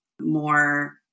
more